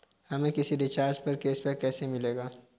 हमें किसी रिचार्ज पर कैशबैक कैसे मिलेगा?